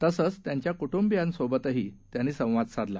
तसंच त्यांच्या क्पूंबियांसोबतही त्यांनी संवाद साधला